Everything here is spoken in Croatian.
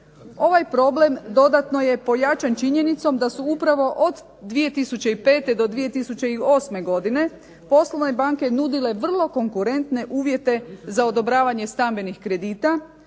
Ovaj problem dodatno je pojačan činjenicom da su upravo od 2005. do 2008. godine poslovne banke nudile vrlo konkurentne uvjete za odobravanje stambenih kredita,